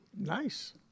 Nice